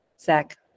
Zach